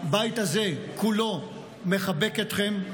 הבית הזה כולו מחבק אתכם.